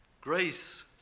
Grace